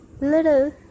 little